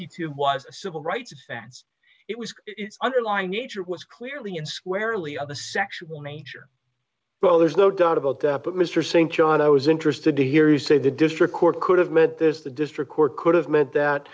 tube was a civil rights offense it was its underlying nature it was clearly in squarely of a sexual nature well there's no doubt about that but mr st john i was interested to hear you say the district court could have met this the district court could have meant that